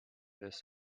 this